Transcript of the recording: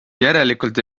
järelikult